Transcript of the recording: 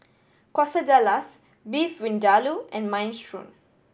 Quesadillas Beef Vindaloo and Minestrone